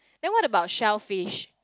then what about shellfish